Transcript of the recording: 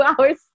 hours